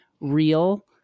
Real